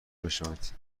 میشوند